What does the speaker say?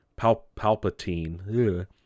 Palpatine